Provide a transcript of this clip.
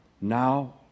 now